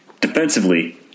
defensively